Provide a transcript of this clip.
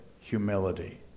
humility